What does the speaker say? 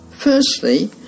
Firstly